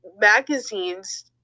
magazines